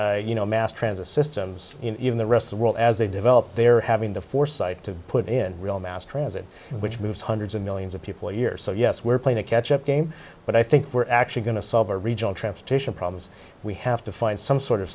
actual you know mass transit systems in the rest of world as they develop they're having the foresight to put in real mass transit which moves hundreds of millions of people years so yes we're playing catch up game but i think we're actually going to solve a regional transportation problems we have to find some sort of